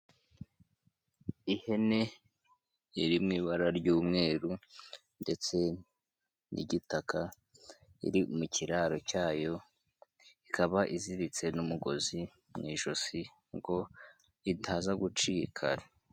Ihene iri mu ibara ry'umweru ndetse n'igitaka, iri mu kiraro cyayo ikaba iziritse n'umugozi mu ijosi ngo itaza gucika.